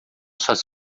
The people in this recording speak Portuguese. suas